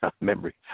memory